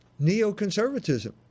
neoconservatism